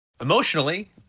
emotionally